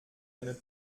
eine